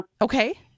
Okay